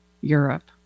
Europe